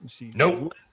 Nope